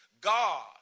God